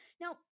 now